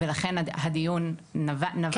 ולכן הדיון נבע מהצפיפות בבתי החולים הפסיכיאטריים.